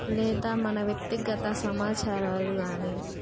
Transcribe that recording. లేదా మన వ్యక్తిగత సమాచారాలు కానీ